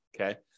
Okay